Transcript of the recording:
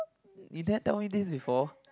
you never tell me this before